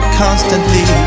constantly